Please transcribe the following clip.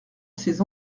ces